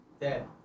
Dead